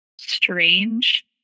strange